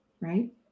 Right